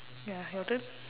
ya your turn